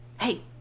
Hey